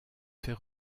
fait